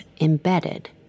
embedded